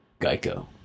Geico